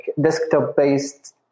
desktop-based